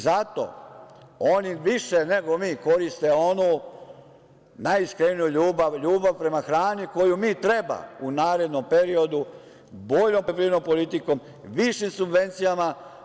Zato oni više nego mi koriste onu najiskreniju ljubav, ljubav prema hrani koji mi treba u narednom periodu boljom poljoprivrednom politikom, više subvencijama…